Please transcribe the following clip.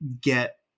get